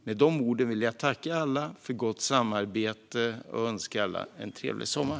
Med de orden vill jag tacka alla för gott samarbete och önska alla en trevlig sommar.